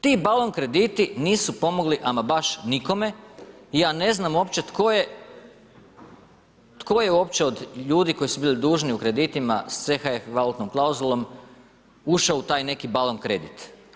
Ti balon krediti nisu pomogli ama baš nikome i ja ne znam uopće tko je uopće od ljudi koji su bili dužni u kreditima sa CHF valutnom klauzulom ušao u taj neki balon kredit.